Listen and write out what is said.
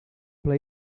ple